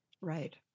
Right